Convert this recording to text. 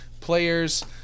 players